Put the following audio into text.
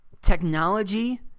Technology